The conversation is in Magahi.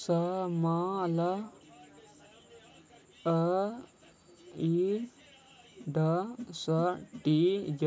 small industries